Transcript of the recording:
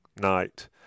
night